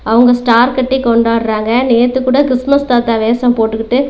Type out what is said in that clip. அவங்க ஸ்டார் கட்டி கொண்டாட்டுறாங்க நேத்து கூட கிறிஸ்மஸ் தாத்தா வேடம் போட்டுக்கிட்டு